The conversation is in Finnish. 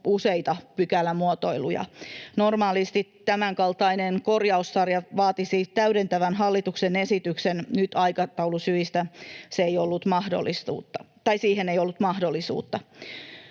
useita pykälämuotoiluja. Normaalisti tämänkaltainen korjaussarja vaatisi täydentävän hallituksen esityksen. Nyt aikataulusyistä siihen ei ollut mahdollisuutta.